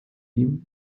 ihm